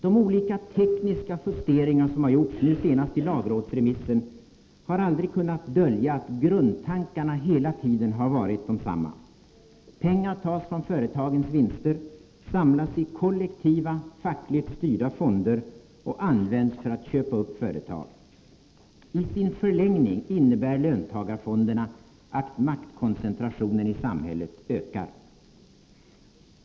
De olika tekniska justeringar som gjorts — nu senast i lagrådsremissen — har aldrig kunnat dölja att grundtankarna hela tiden varit desamma: pengar tas från företagens vinster, samlas i kollektiva, fackligt styrda fonder och används för att köpa upp företag. I sin förlängning innebär löntagarfonderna att maktkoncentrationen i samhället ökar.